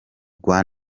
rwa